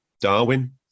Darwin